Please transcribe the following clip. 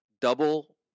double